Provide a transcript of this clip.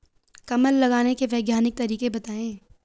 कमल लगाने के वैज्ञानिक तरीके बताएं?